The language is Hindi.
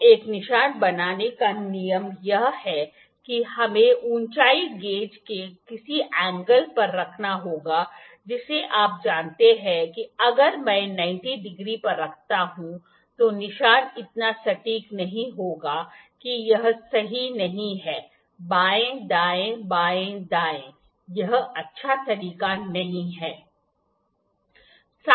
तो एक निशान बनाने का नियम यह है कि हमें ऊंचाई गेज को किसी एंगल पर रखना होगा जिसे आप जानते हैं कि अगर मैं 90 डिग्री पर करता हूं तो निशान इतना सटीक नहीं होगा कि यह सही नहीं है बाएं दाएं बाएं दाएं यह अच्छा तरीका नहीं है